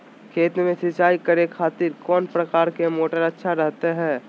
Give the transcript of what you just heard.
खेत में सिंचाई करे खातिर कौन प्रकार के मोटर अच्छा रहता हय?